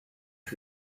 not